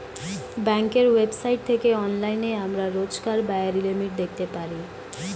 ব্যাঙ্কের ওয়েবসাইট থেকে অনলাইনে আমরা রোজকার ব্যায়ের লিমিট দেখতে পারি